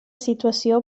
situació